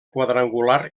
quadrangular